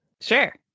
Sure